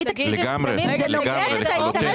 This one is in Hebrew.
תקציבים מוקדמים וזה נוגד את האינטרס